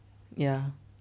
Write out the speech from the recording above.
ya